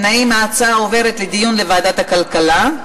להצעה לסדר-היום ולהעביר את הנושא לוועדת הכלכלה נתקבלה.